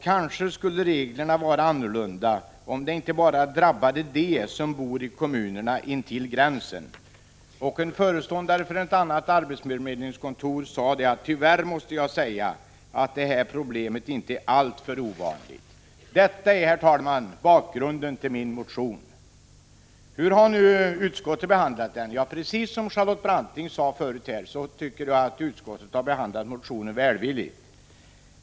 Kanske skulle reglerna vara annorlunda om de inte bara drabbade dem som bor i kommunerna intill gränsen. Och föreståndaren för ett annat arbetsförmedlingskontor sade: Tyvärr måste jag säga att det här problemet inte är alltför ovanligt. Detta är, herr talman, bakgrunden till min motion. Hur har nu utskottet behandlat den? Precis som Charlotte Branting sade här förut har utskottet, tycker jag, behandlat motionen välvilligt.